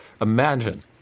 Imagine